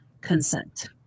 consent